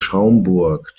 schaumburg